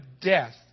death